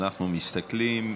אנחנו מסתכלים,